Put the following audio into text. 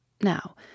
Now